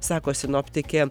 sako sinoptikė